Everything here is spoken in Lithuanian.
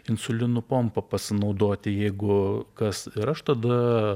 insulino pompa pasinaudoti jeigu kas ir aš tada